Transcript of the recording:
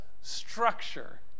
structure